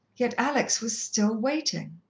yet alex was still waiting.